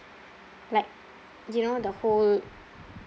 like you know the whole